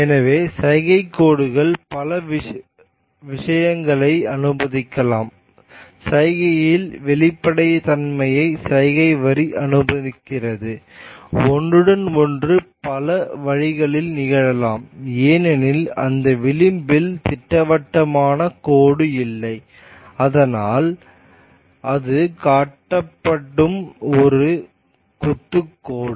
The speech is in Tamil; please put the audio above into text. எனவே சைகை கோடுகள் பல விஷயங்களை அனுமதிக்கலாம்சைகையில் வெளிப்படைத்தன்மையை சைகை வரி அனுமதிக்கிறது ஒன்றுடன் ஒன்று பல வழிகளில் நிகழலாம் ஏனெனில் அதன் விளிம்பில் திட்டவட்டமான கோடு இல்லை ஆனால் அது காட்டப்படும் ஒரு கொத்து கோடு